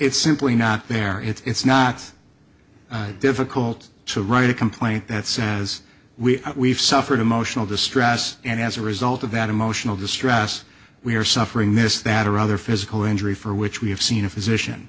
it's simply not there it's not difficult to write a complaint that says we we've suffered emotional distress and as a result of that emotional distress we're suffering this that or other physical injury for which we have seen a physician